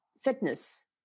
fitness